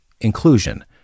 inclusion